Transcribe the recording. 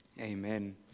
amen